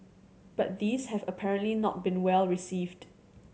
but these have apparently not been well received